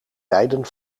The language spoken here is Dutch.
tijden